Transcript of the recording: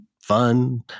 fun